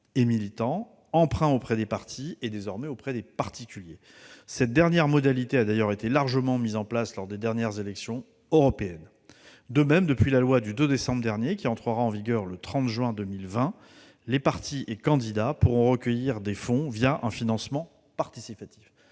et militants, emprunts auprès des partis et, désormais, auprès des particuliers. Cette dernière modalité a d'ailleurs été largement mise en oeuvre lors des récentes élections européennes. De même, en application de la loi du 2 décembre dernier, qui entrera en vigueur le 30 juin 2020, les partis et candidats pourront recueillir des fonds un financement participatif.